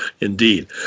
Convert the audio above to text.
Indeed